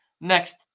next